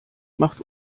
macht